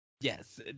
Yes